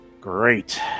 great